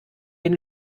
den